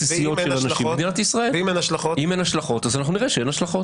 בסדר, הוא ביקש שאני אסיים את השאלה.